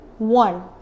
one